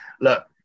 look